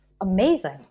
Amazing